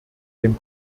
dem